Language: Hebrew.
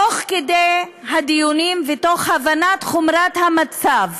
תוך כדי הדיונים, והבנת חומרת המצב